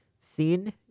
seen